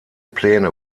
pläne